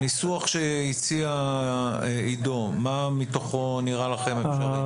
הניסוח שהציע עידו, מה מתוכו נראה לכם אפשרי?